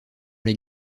les